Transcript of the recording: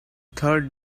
third